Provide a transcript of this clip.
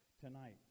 tonight